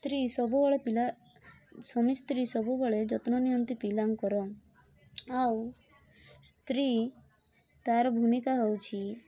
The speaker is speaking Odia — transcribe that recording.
ସ୍ତ୍ରୀ ସବୁବେଳେ ପିଲା ସ୍ୱାମୀ ସ୍ତ୍ରୀ ସବୁବେଳେ ଯତ୍ନ ନିଅନ୍ତି ପିଲାଙ୍କର ଆଉ ସ୍ତ୍ରୀ ତାର ଭୂମିକା ହେଉଛି